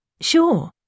Sure